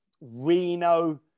Reno